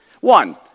One